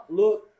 look